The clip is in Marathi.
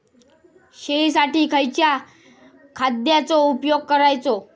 शेळीसाठी खयच्या खाद्यांचो उपयोग करायचो?